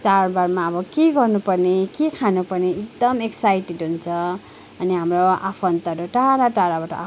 चाडबाडमा अब के गर्नु पर्ने के खानु पर्ने एकदम एक्साइटेड हुन्छ अनि हाम्रो आफन्तहरू टाढा टाढाबाट